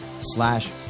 slash